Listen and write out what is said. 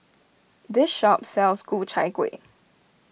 this shop sells Ku Chai Kuih